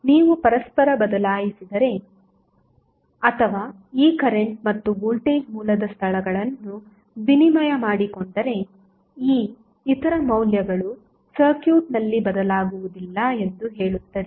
ಆದ್ದರಿಂದ ನೀವು ಪರಸ್ಪರ ಬದಲಾಯಿಸಿದರೆ ಅಥವಾ ಈ ಕರೆಂಟ್ ಮತ್ತು ವೋಲ್ಟೇಜ್ ಮೂಲದ ಸ್ಥಳಗಳನ್ನು ವಿನಿಮಯ ಮಾಡಿಕೊಂಡರೆ E ಇತರ ಮೌಲ್ಯಗಳು ಸರ್ಕ್ಯೂಟ್ನಲ್ಲಿ ಬದಲಾಗುವುದಿಲ್ಲ ಎಂದು ಹೇಳುತ್ತದೆ